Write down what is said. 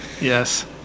Yes